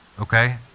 Okay